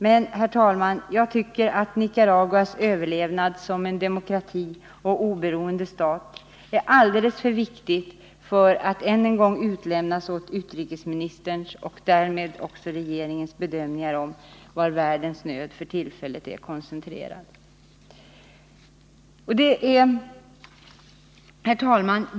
Men, herr talman, jag tycker att Nicaraguas överlevnad som en demokratisk och oberoende stat är alldeles för viktig för att än en gång utlämnas åt utrikesministerns — och därmed regeringens — bedömningar av var världens nöd för tillfället är koncentrerad. Herr talman!